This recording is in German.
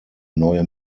neue